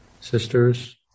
sisters